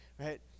right